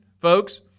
folks